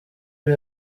uri